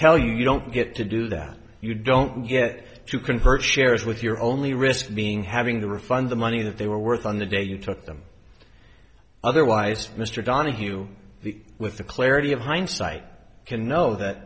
tell you you don't get to do that you don't get to convert shares with your only risk being having the refund the money that they were worth on the day you took them otherwise mr donohue the with the clarity of hindsight can know that